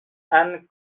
ann